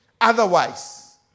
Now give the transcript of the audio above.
Otherwise